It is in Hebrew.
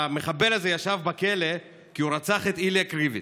המחבל הזה ישב בכלא כי הוא רצח את איליה קריביץ'.